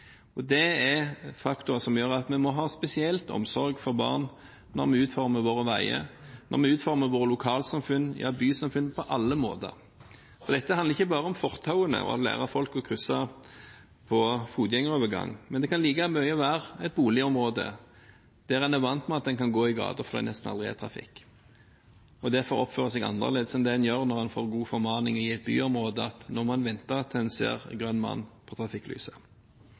er faktorer som gjør at vi spesielt må ha omsorg for barn når vi utformer våre veier, når vi utformer våre lokalsamfunn, våre bysamfunn, på alle måter. Dette handler ikke bare om fortauene og om å lære folk å krysse veien på fotgjengerovergang. Det kan like mye være et boligområde der en er vant til at en kan gå i gaten, fordi det nesten aldri er trafikk, og derfor oppfører seg annerledes enn det en gjør når en i et byområde får gode formaninger om å vente til en ser grønn mann på trafikklyset.